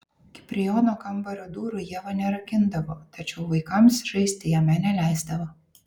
kiprijono kambario durų ieva nerakindavo tačiau vaikams žaisti jame neleisdavo